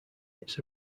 its